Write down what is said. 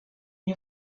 you